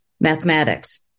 mathematics